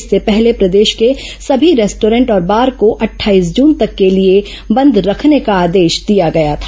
इससे पहले प्रदेश के सभी रेस्टॉरेंट और बार को अट्ठाईस जून तक के लिए बंद रखने का आदेश दिया गया था